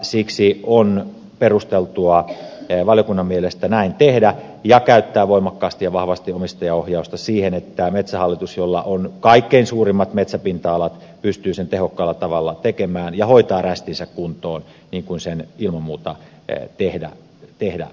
siksi on valiokunnan mielestä perusteltua näin tehdä ja käyttää voimakkaasti ja vahvasti omistajaohjausta siihen että metsähallitus jolla on kaikkein suurimmat metsäpinta alat pystyy sen tehokkaalla tavalla tekemään ja hoitaa rästinsä kuntoon niin kuin sen ilman muuta tehdä pitää